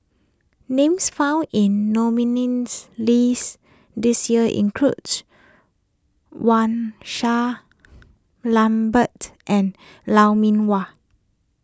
names found in nominees' list this year includes Wang Sha Lambert and Lou Mee Wah